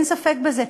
אין ספק בזה,